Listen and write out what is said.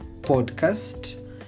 podcast